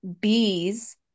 bees